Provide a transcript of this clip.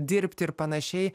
dirbt ir panašiai